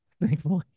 thankfully